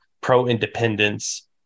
pro-independence